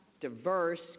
diverse